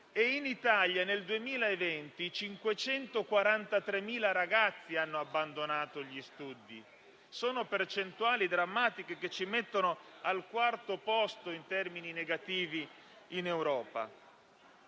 In Italia nel 2020 543.000 ragazzi hanno abbandonato gli studi. Sono percentuali drammatiche, che ci collocano al quarto posto, in termini negativi, in Europa.